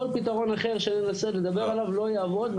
כל פתרון אחר שננסה לדבר עליו לא יעבוד,